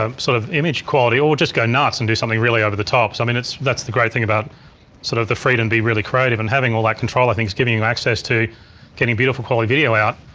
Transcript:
um sort of image quality. or just go nuts and do something really over the top. i mean that's that's the great thing about sort of the freedom and be really creative, and having all that control i think is giving you access to getting beautiful quality video out.